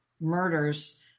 murders